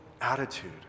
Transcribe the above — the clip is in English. attitude